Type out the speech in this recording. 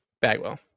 Bagwell